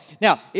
Now